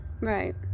right